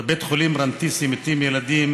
בבית חולים רנתיסי מתים ילדים